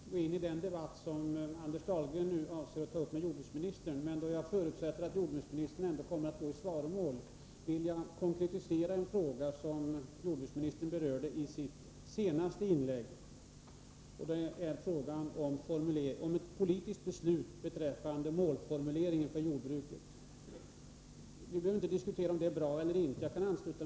Fru talman! Jag avser inte att gå in i den debatt som Anders Dahlgren nu har tagit upp med jordbruksministern, men då jag förutsätter att jordbruksministern kommer att gå i svaromål vill jag konkretisera en fråga som han berörde i sitt senaste inlägg, nämligen frågan om ett politiskt beslut beträffande målformuleringen för jordbruket. Vi behöver inte diskutera om det är bra eller inte.